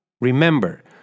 Remember